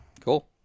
Cool